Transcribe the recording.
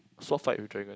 sword fight with dragon